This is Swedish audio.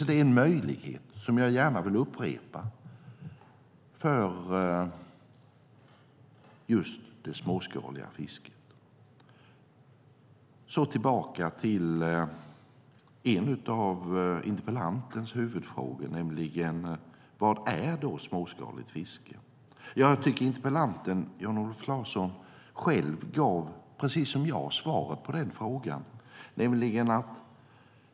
Det är en möjlighet, som jag gärna vill upprepa, för just det småskaliga fisket. Så tillbaka till en av interpellantens huvudfrågor: Vad är då småskaligt fiske? Jag tycker att interpellanten, Jan-Olof Larsson, själv gav, precis som jag, svaret på den frågan.